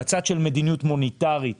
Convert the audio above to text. בצד של מדיניות מוניטרית